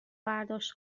برداشت